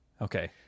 Okay